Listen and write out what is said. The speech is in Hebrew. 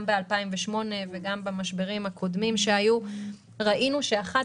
גם ב-2008 וגם במשברים הקודמים שהיו ראינו שאחת